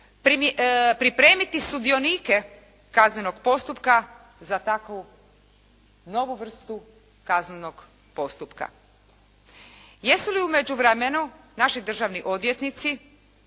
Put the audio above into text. pripremiti sudionike kaznenog postupka za takvu novu vrstu kaznenog postupka. Jesu li u međuvremenu naši državni odvjetnici,